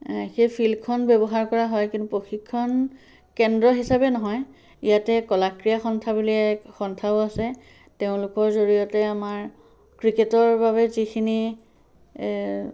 সেই ফিল্ডখন ব্যৱহাৰ কৰা হয় কিন্তু প্ৰশিক্ষণ কেন্দ্ৰ হিচাপে নহয় ইয়াতে কলাক্ৰীড়া সন্থা বুলি এক সন্থাও আছে তেওঁলোকৰ জড়িয়তে আমাৰ ক্ৰিকেটৰ বাবে যিখিনি